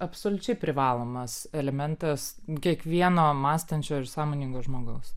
absoliučiai privalomas elementas kiekvieno mąstančio ir sąmoningo žmogaus